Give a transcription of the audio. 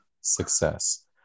success